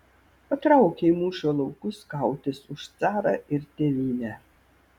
patraukė į mūšio laukus kautis už carą ir tėvynę